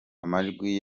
amajwi